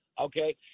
okay